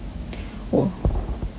我我